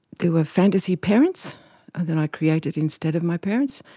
there were fantasy parents that i created instead of my parents,